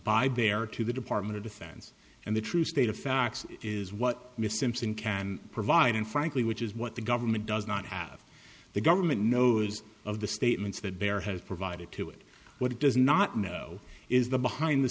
bayer to the department of defense and the true state of facts is what miss simpson can provide and frankly which is what the government does not have the government knows of the statements that bear has provided to it what it does not know is the behind the